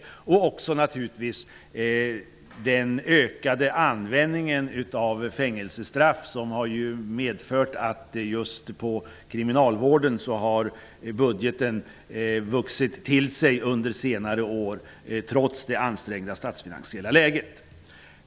Man såg också till den ökade användningen av fängelsestraff, som har medfört att budgeten för kriminalvården har vuxit under senare år trots det ansträngda statsfinansiella läget.